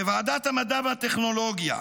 בוועדת המדע והטכנולוגיה,